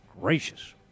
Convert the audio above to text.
gracious